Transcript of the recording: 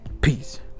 Peace